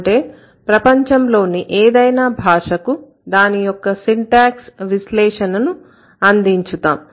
అంటే ప్రపంచంలోని ఏదైనా భాషకు దాని యొక్క సింటాక్స్ విశ్లేషణను అందించుతాం